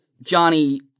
Johnny